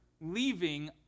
leaving